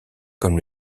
comme